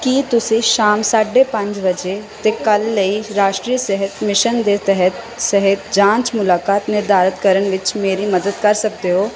ਕੀ ਤੁਸੀਂ ਸ਼ਾਮ ਸਾਢੇ ਪੰਜ ਵਜੇ ਅਤੇ ਕੱਲ੍ਹ ਲਈ ਰਾਸ਼ਟਰੀ ਸਿਹਤ ਮਿਸ਼ਨ ਦੇ ਤਹਿਤ ਸਿਹਤ ਜਾਂਚ ਮੁਲਾਕਾਤ ਨਿਰਧਾਰਤ ਕਰਨ ਵਿੱਚ ਮੇਰੀ ਮਦਦ ਕਰ ਸਕਦੇ ਹੋ